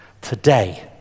today